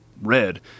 red